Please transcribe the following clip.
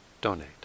donate